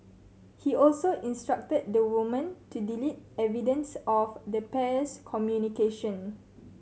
he also instructed the woman to delete evidence of the pair's communication